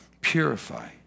purify